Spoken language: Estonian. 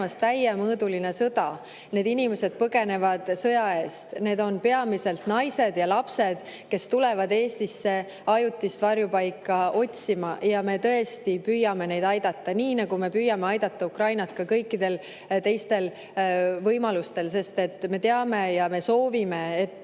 täiemõõduline sõda. Need inimesed põgenevad sõja eest. Need on peamiselt naised ja lapsed, kes tulevad Eestisse ajutist varjupaika otsima. Me tõesti püüame neid aidata, nii nagu me püüame aidata Ukrainat ka kõikidel teistel viisidel, sest me soovime, et